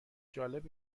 جالب